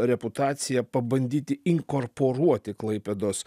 reputacija pabandyti inkorporuoti klaipėdos